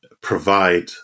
provide